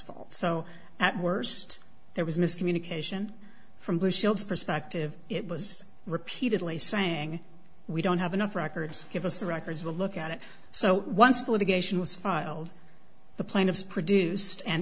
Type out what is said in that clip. fault so at worst there was miscommunication from blue shields perspective it was repeatedly saying we don't have enough records give us the records we'll look at it so once the litigation was filed the plaintiffs produced and